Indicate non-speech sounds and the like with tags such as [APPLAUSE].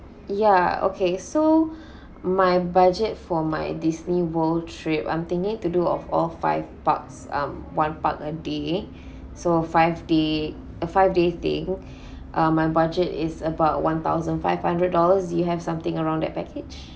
ya okay so [BREATH] my budget for my Disney world trip I'm thinking to do of all five parks um one park a day so five day five day thing uh my budget is about one thousand five hundred dollars do you have something around that package